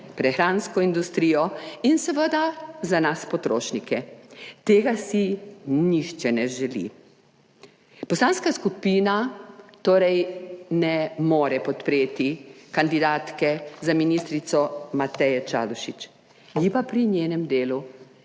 prehransko industrijo in seveda za nas potrošnike. Tega si nihče ne želi. Poslanska skupina torej ne more podpreti kandidatke za ministrico Mateje Čalušić, ji pa pri njenem delu